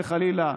חס וחלילה,